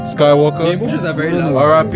Skywalker